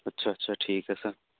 ਅੱਛਾ ਅੱਛਾ